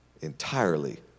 entirely